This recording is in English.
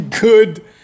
good